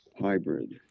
hybrid